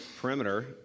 perimeter